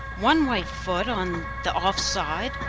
one white foot on the off side,